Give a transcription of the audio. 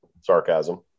sarcasm